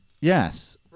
Yes